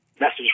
message